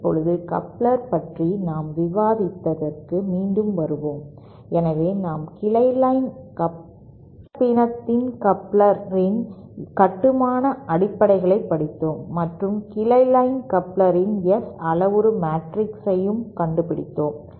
இப்போது கப்ளர்கள் பற்றிய நம் விவாதத்திற்கு மீண்டும் வருகிறோம் எனவே நாம் கிளை லைன் கலப்பினத்தின் கப்ளர் இன் கட்டுமான அடிப்படைகளைப் படித்தோம் மற்றும் கிளை லைன் கப்ளர் இன் S அளவுரு மேட்ரிக்ஸ் ஐயும் கண்டுபிடித்தோம்